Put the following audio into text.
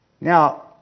Now